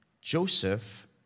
Joseph